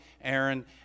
Aaron